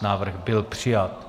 Návrh byl přijat.